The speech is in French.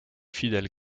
fidèles